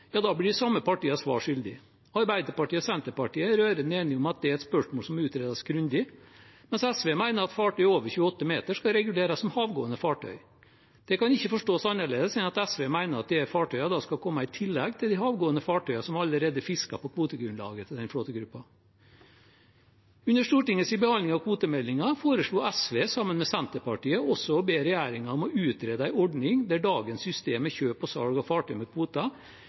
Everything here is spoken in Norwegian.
blir de samme partiene svar skyldig. Arbeiderpartiet og Senterpartiet er rørende enige om at det er et spørsmål som må utredes grundig, mens SV mener at fartøy over 28 meter skal reguleres som havgående fartøy. Det kan ikke forstås annerledes enn at SV mener at disse fartøyene da skal komme i tillegg til de havgående fartøyene som allerede fisker på kvotegrunnlaget til den flåtegruppen. Under Stortingets behandling av kvotemeldingen foreslo SV, sammen med Senterpartiet, også å be regjeringen om å utrede en ordning der dagens system med kjøp og salg av fartøy med kvoter